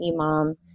imam